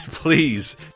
Please